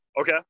Okay